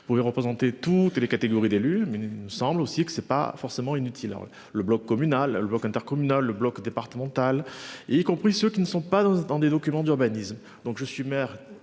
pour représenter toutes les catégories d'élus mais il me semble aussi que c'est pas forcément inutile. Le bloc communal. Le Bloc intercommunal le bloc départemental et y compris ceux qui ne sont pas dans ce, dans des documents d'urbanisme, donc je suis maire